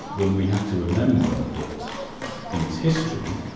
when we have to remember that in its history,